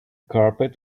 carpet